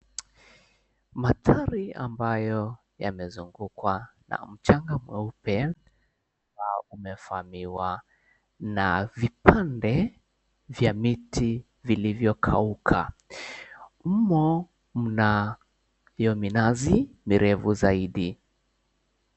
Mandhari ambayo yamezungukwa na mchanga mweupe na umevamiwa na vipande vya miti vilivyokauka. Humo mnayo minazi mirefu zaidi.